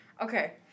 Okay